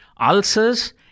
Ulcers